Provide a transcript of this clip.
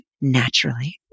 naturally